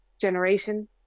generation